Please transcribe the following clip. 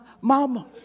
mama